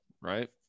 right